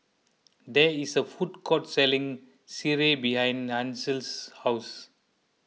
there is a food court selling Sireh behind Hansel's house